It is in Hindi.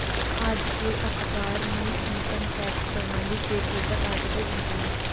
आज के अखबार में इनकम टैक्स प्रणाली के ऊपर आर्टिकल छपा है